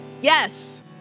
Yes